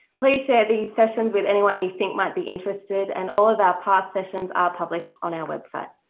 please share these sessions with anyone you think might be interested, and all of our past sessions are published on our website.